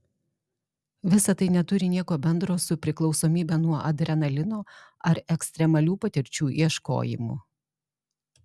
visa tai neturi nieko bendro su priklausomybe nuo adrenalino ar ekstremalių patirčių ieškojimu